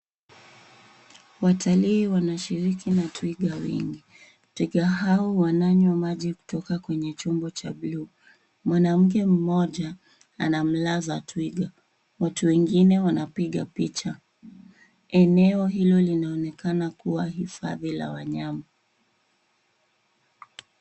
Watalii wanashiriki na twiga wengi. Twiga hawa wananywa maji kutoka kwenye chombo cha bluu. Mwanamke mmoja anamlaza twiga. Watu wengine wanapiga picha. Eneo hilo linaonekana kuwa hifadhi la wanyama.